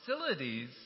facilities